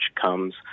comes